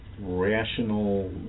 rational